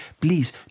please